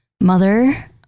Mother